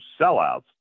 sellouts